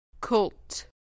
Cult